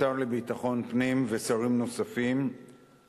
השר לביטחון פנים ושרים נוספים,